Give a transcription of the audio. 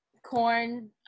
Corn